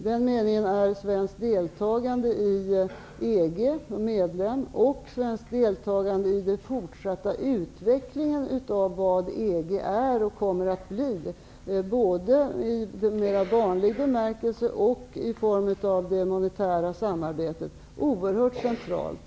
Därför är svenskt deltagande i EG, som medlem, och svenskt deltagande i den fortsatta utvecklingen av vad EG är och kommer att bli, både i mera vanlig bemärkelse och i form av det monetära samarbetet, oerhört centralt.